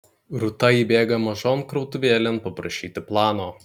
rūta įbėga mažon krautuvėlėn paprašyti plano